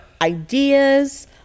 ideas